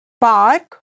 Park